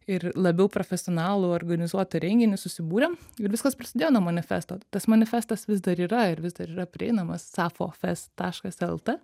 ir labiau profesionalų organizuotą renginį susibūrėm ir viskas prasidėjo nuo manifesto tas manifestas vis dar yra ir vis dar yra prieinamas safofes taškas lt